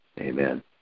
Amen